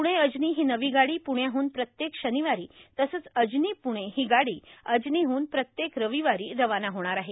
प्णे अजनी ही नवी गाडी पुण्याहून प्रत्येक शनिवारी तसंच अजनी पुणे ही गाडी अजनीहून प्रत्येक रविवारी रवाना होणार आहे